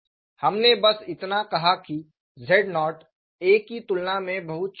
हमने बस इतना कहा कि z0 a की तुलना में बहुत छोटा है